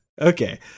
okay